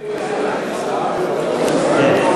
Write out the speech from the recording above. רק בתנאי שישראל חסון הוא שר הביטחון.